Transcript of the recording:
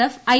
F I